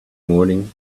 morning